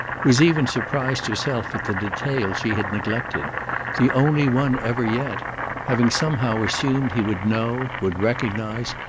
was even surprised herself at the detail she had neglected the only one ever yet having somehow assumed he would know, would recognise,